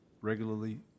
regularly